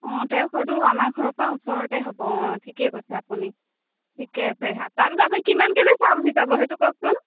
অঁ তেওঁৰ ঘৰটো আমাৰ ঘৰৰ পৰা ওচৰতে হ'ব অঁ ঠিকে কৈছে আপুনি ঠিকে আছে তাৰ পাছত আপুনি কিমান কেজি চাউল ভিজাব সেইটো কওকচোন